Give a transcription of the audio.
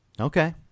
Okay